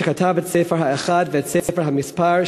שכתב את "ספר האחד" ואת "ספר המספר",